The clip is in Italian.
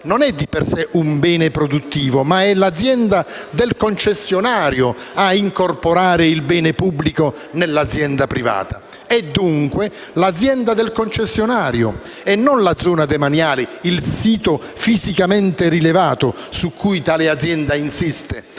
non è di per sé un bene produttivo, ma è l'azienda del concessionario a incorporare il bene pubblico nell'azienda privata. È, dunque, l'azienda del concessionario e non la zona demaniale il sito fisicamente rilevato su cui tale azienda insiste